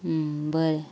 बरें